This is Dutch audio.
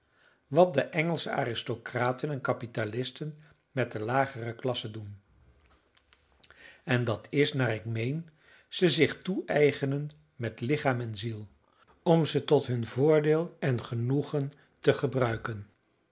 wat de engelsche aristocraten en kapitalisten met de lagere klassen doen en dat is naar ik meen ze zich toeëigenen met lichaam en ziel om ze tot hun voordeel en genoegen te gebruiken